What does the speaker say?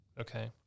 Okay